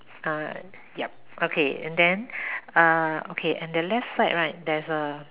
uh yup okay and then uh okay and the left side right there's a